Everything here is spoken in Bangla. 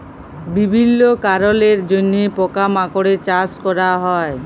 বিভিল্য কারলের জন্হে পকা মাকড়ের চাস ক্যরা হ্যয়ে